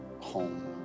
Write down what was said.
home